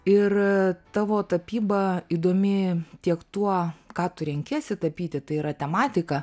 ir tavo tapyba įdomi tiek tuo ką tu renkiesi tapyti tai yra tematika